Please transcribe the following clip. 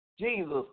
Jesus